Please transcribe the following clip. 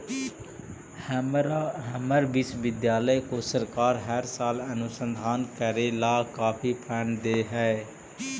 हमर विश्वविद्यालय को सरकार हर साल अनुसंधान करे ला काफी फंड दे हई